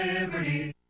Liberty